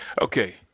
Okay